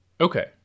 Okay